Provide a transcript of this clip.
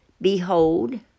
Behold